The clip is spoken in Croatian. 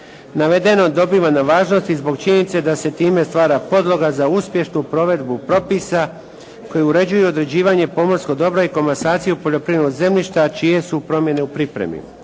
Navedeno dobiva na važnosti zbog činjenice da se time stvara podloga za uspješnu provedbu propisa koje uređuje određivanje pomorskog dobra i komasaciju poljoprivrednog zemljišta čije su promjene u pripremi.